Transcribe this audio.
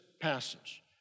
passage